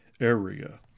area